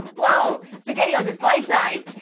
whoa! spaghettios is bite-sized.